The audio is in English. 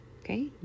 okay